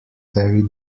very